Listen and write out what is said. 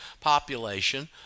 population